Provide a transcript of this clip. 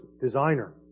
designer